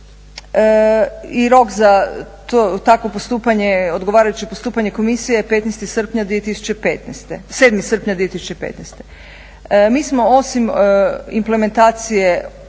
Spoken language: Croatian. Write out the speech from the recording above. I rok za takvo postupanje, odgovarajuće postupanje komisije je 7. srpnja 2015. Mi smo osim implementacije direktive